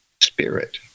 spirit